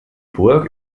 burg